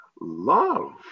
Love